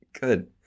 Good